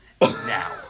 now